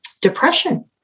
depression